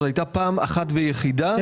זו הייתה פעם אחת ויחידה וככה זה יושם.